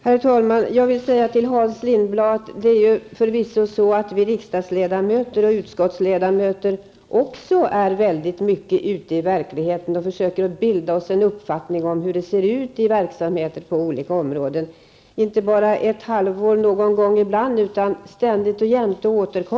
Herr talman! Jag vill säga till Hans Lindblad att förvisso också vi riksdagsledamöter och utskottsledamöter är mycket ute i verkligheten och försöker att bilda oss en uppfattning om hur det ser ut i verksamheter på olika områden. Så är fallet inte bara ett halvår någon gång ibland, utan ständigt och jämt.